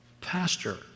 pastor